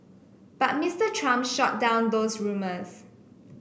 but Mister Trump shot down those rumours